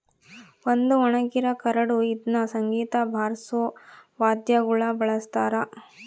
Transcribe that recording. ಒಂದು ಒಣಗಿರ ಕರಳು ಇದ್ನ ಸಂಗೀತ ಬಾರ್ಸೋ ವಾದ್ಯಗುಳ ಬಳಸ್ತಾರ